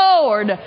Lord